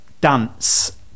dance